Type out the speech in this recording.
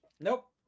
Nope